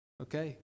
Okay